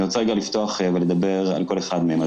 אני רוצה לפתוח ולדבר על כל אחד מהם.